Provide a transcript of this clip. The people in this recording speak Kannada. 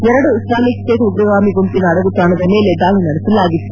ಎರಡು ಇಸ್ಲಾಮಿಕ್ ಸ್ಪೇಟ್ ಉಗ್ರಗಾಮಿ ಗುಂಪಿನ ಅಡಗುತಾಣದ ಮೇಲೆ ದಾಳಿ ನಡೆಸಲಾಗಿತ್ತು